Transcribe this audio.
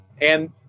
And-